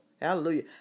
Hallelujah